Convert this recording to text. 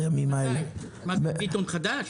לא, אתה תחליט.